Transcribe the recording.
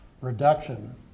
reduction